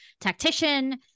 tactician